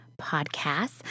Podcasts